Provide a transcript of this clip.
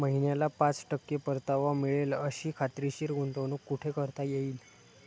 महिन्याला पाच टक्के परतावा मिळेल अशी खात्रीशीर गुंतवणूक कुठे करता येईल?